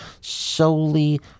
solely